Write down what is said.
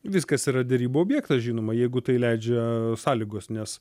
viskas yra derybų objektas žinoma jeigu tai leidžia sąlygos nes